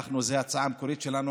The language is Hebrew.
זאת ההצעה המקורית שלנו,